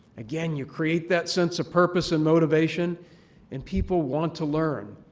again, you create that sense of purpose and motivation and people want to learn.